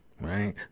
Right